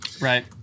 Right